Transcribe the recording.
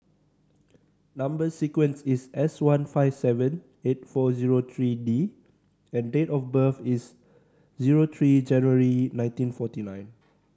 number sequence is S one five seven eight four zero three D and date of birth is zero three January nineteen forty nine